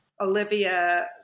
Olivia